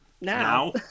now